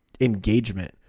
engagement